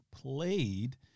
played